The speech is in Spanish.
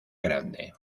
grande